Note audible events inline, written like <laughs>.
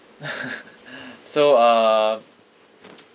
<laughs> so uh <noise>